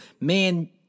man